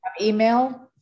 email